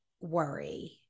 worry